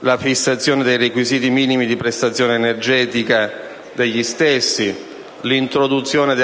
dalla fissazione dei requisiti minimi di prestazione energetica degli stessi e dall'introduzione,